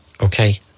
okay